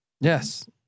Yes